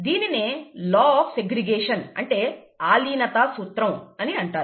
దీనినే law of segregation అంటే ఆలీనత సూత్రం అని అంటారు